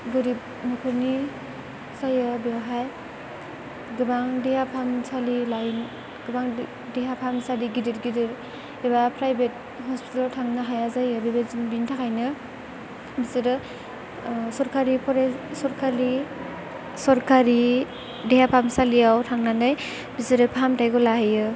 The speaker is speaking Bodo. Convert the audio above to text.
गोरिब न'खरनि जायो बेवहाय गोबां फाहामसालि गिदिर गिदिर एबा प्राइभेट हस्पिटालाव थांनो हाया जायो बेबायदिनो बेनि थाखायनो बिसोरो सरकारि देहा फाहामसालियाव थांनानै बिसोरो फाहामथायखौ लाहैयो